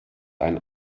ein